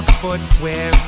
footwear